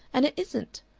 and it isn't.